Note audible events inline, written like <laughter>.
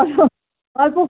<unintelligible> অল্প